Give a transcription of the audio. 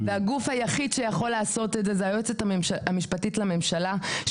הגוף היחיד שיכול לעשות את זה זה היועצת המשפטית לממשלה.